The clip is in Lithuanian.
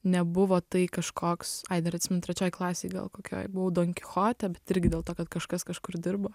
nebuvo tai kažkoks ai dar atsimenu trečioj klasėj gal kokioj buvau donkichote bet irgi dėl to kad kažkas kažkur dirbo